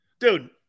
Dude